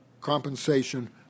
compensation